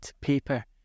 paper